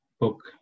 book